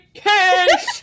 cash